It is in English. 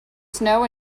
snow